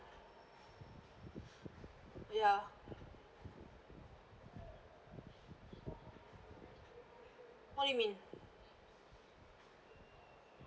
ya what you mean